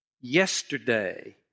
yesterday